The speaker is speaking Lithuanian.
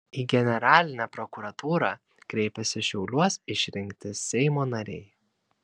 į generalinę prokuratūrą kreipėsi šiauliuos išrinkti seimo nariai